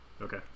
Okay